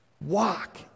Walk